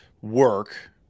work